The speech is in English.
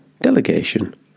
delegation